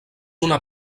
una